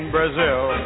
Brazil